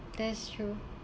that's true